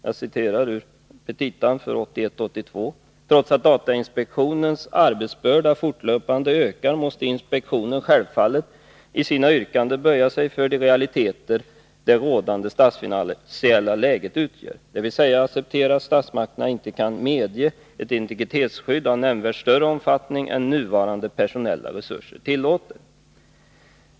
Jag citerar ur petitan 1981/82: ”Trots att datainspektionens arbetsbörda fortlöpande ökar måste inspektionen självfallet i sina yrkanden böja sig för de realiteter det rådande statsfinansiella läget utgör, dvs. acceptera att statsmakterna inte kan medge ett integritetsskydd av nämnvärt större omfattning än nuvarande personella resurser tillåter.